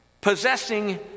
possessing